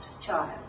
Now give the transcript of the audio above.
child